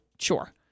sure